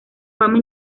fama